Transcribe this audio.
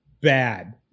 bad